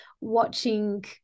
watching